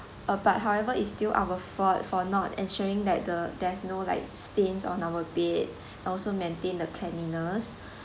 uh but however is still our fault for not ensuring that the there's no like stains on our bed and also maintain the cleanliness